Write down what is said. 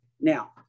now